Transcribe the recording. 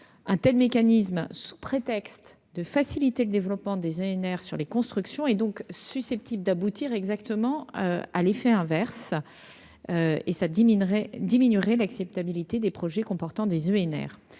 un tel mécanisme sous prétexte de faciliter le développement des ENR sur les constructions et donc susceptible d'aboutir exactement à l'effet inverse et ça diminuerait diminuerait l'acceptabilité des projets comportant des ENR,